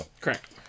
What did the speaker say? Correct